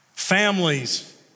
Families